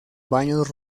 baños